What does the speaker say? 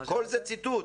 כל זה ציטוט.